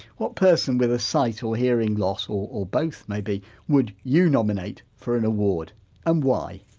what person with a sight or hearing loss or or both maybe would you nominate for an award and why?